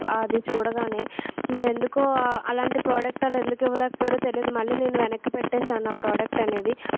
అది చూడగానే మరెందుకో అలాంటి ప్రోడక్ట్ ఎందుకు ఇవ్వలేకపోయారో తెలియదు మళ్ళీ నేను వెనక్కి పెట్టేస్తాను ప్రోడక్ట్ అనేది